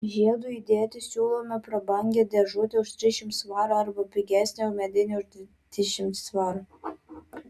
žiedui įdėti siūlome prabangią dėžutę už trisdešimt svarų arba pigesnę medinę už dešimt svarų